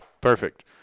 perfect